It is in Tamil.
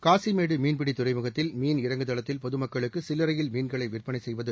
காசிமேடு மீன்பிடி துறைமுகத்தில் மீன் இறங்குதளத்தில் பொதுமக்களுக்கு சில்லறையில் மீன்களை விற்பனை செய்வது